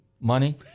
money